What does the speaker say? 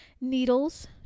needles